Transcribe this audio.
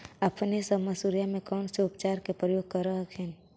अपने सब मसुरिया मे कौन से उपचार के प्रयोग कर हखिन?